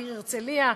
בעיר הרצליה,